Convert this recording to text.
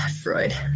Freud